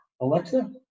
Alexa